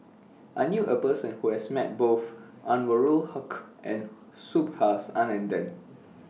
I knew A Person Who has Met Both Anwarul Haque and Subhas Anandan